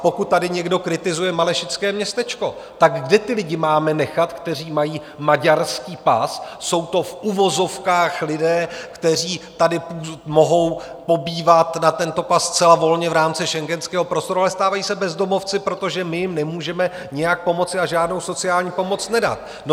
Pokud tady někdo kritizuje malešické městečko, tak kde ty lidi máme nechat, kteří mají maďarský pas, jsou to v uvozovkách lidé, kteří tady mohou pobývat na tento pas zcela volně v rámci schengenského prostoru, ale stávají se bezdomovci, protože my jim nemůžeme nijak pomoci a žádnou sociální pomoc dát.